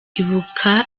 ibuka